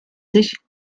sich